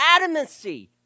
adamancy